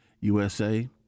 USA